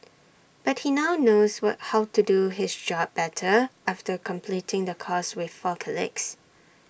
but he now knows what how to do his job better after completing the course with four colleagues